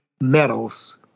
medals